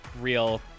real